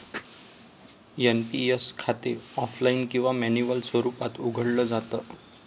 NPS खाते offline किंवा manual स्वरूपात उघडलं जात